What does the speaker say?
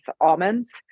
almonds